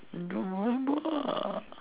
no lah